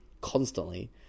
constantly